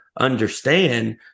understand